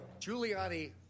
Giuliani